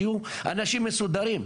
שיהיו אנשים מסודרים,